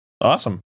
Awesome